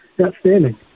outstanding